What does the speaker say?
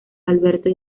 alberto